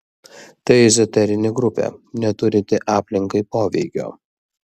tai ezoterinė grupė neturinti aplinkai poveikio